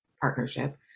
partnership